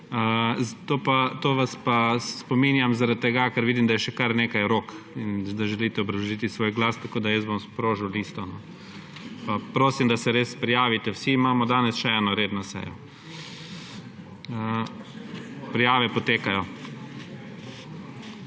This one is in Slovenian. Na to vas pa spominjam zaradi tega, ker vidim, da je še kar nekaj rok in da želite obrazložiti svoj glas. Jaz bom sprožil listo, prosim, da se res prijavite. Vsi imamo danes še eno redno sejo. Prijava poteka.